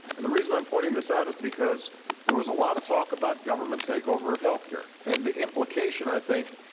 and the reason i'm pointing this out is because there was a lot of talk about government takeover of health care, and the implication, i think,